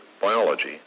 biology